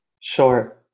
Sure